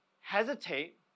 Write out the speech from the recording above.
hesitate